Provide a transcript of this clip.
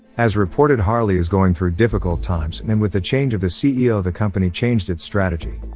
as reported harley is going through difficult times and with the change of the ceo the company changed its strategy.